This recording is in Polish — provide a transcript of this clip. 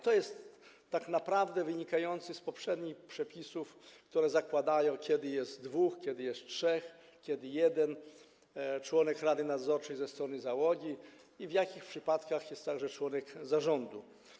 To tak naprawdę wynika z poprzednich przepisów, które określają, kiedy jest dwóch, kiedy jest trzech, a kiedy jest jeden członek rady nadzorczej ze strony załogi i w jakich przypadkach jest także członek zarządu.